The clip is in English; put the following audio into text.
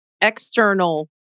external